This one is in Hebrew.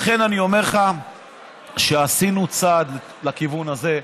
לכן אני אומר לך שעשינו צעד בכיוון הזה,